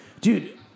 Dude